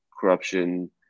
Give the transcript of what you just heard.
corruption